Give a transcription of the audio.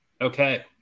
Okay